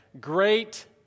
great